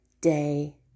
day